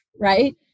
right